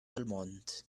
almond